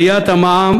עליית המע"מ,